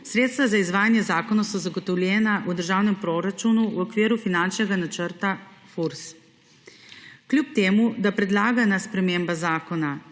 Sredstva za izvajanje zakona so zagotovljena v državnem proračunu v okviru finančnega načrta Furs. Kljub temu da predlagana sprememba zakona